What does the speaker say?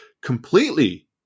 completely